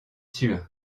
sûr